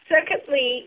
Secondly